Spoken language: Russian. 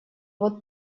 вот